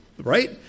right